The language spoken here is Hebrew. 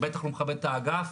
בטח הוא לא מכבד את האגף,